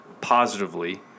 positively